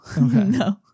no